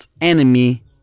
enemy